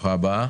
ברוכה הבאה.